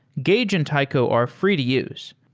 gauge and taiko are free to use.